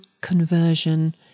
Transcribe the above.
conversion